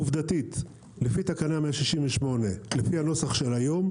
עובדתית, לפי תקנה 168, לפי הנוסח של היום,